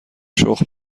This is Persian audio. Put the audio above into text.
شخم